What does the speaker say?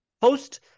post